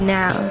now